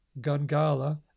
Gangala